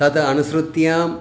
तद् अनुसृत्य